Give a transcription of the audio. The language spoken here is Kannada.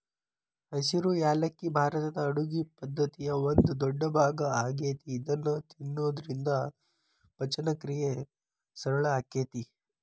ಹಸಿರು ಯಾಲಕ್ಕಿ ಭಾರತದ ಅಡುಗಿ ಪದ್ದತಿಯ ಒಂದ ದೊಡ್ಡಭಾಗ ಆಗೇತಿ ಇದನ್ನ ತಿನ್ನೋದ್ರಿಂದ ಪಚನಕ್ರಿಯೆ ಸರಳ ಆಕ್ಕೆತಿ